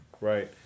Right